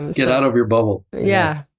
get out of your bubble! yeah,